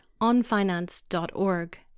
onfinance.org